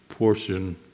Portion